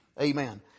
amen